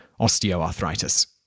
osteoarthritis